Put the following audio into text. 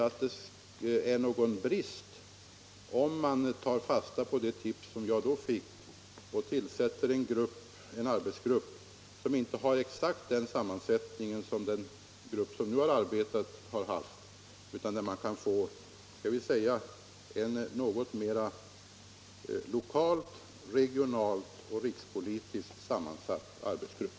Det skadar därför inte att jag tar fasta på de tips jag då fick och tillsätter en arbetsgrupp som inte har exakt samma sammansättning som den grupp som nu har arbetat. Det bör vara en lokalt, regionalt och rikspolitiskt sammansatt arbetsgrupp.